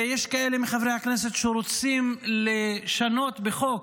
ויש כאלה מחברי הכנסת שרוצים לשנות בחוק